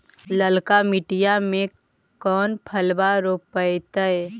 ललका मटीया मे कोन फलबा रोपयतय?